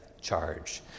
charge